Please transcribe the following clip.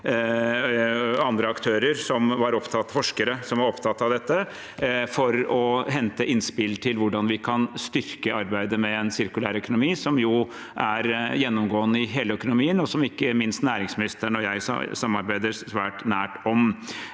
andre aktører som var opptatt av dette – for å hente innspill til hvordan vi kan styrke arbeidet med en sirkulær økonomi, som jo er gjennomgående i hele økonomien, og som ikke minst næringsministeren og jeg samarbeider svært nært om.